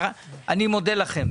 אני מודה לכם.